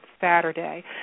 Saturday